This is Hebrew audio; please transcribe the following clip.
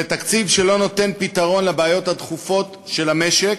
זה תקציב שלא נותן פתרון לבעיות הדחופות של המשק,